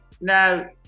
Now